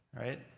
right